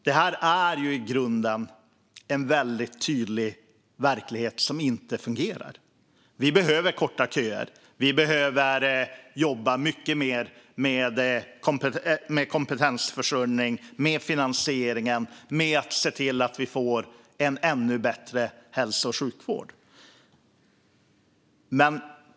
I verkligheten fungerar det inte så, och det är väldigt tydligt. Man behöver korta köerna och jobba mycket mer med kompetensförsörjning, finansiering och att se till att få en ännu bättre hälso och sjukvård.